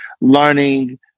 learning